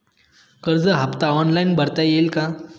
कर्ज हफ्ता ऑनलाईन भरता येईल का?